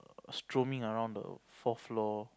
stroaming around the fourth floor